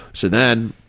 so then